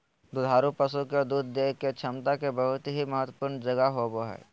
दुधारू पशु के दूध देय के क्षमता के बहुत ही महत्वपूर्ण जगह होबय हइ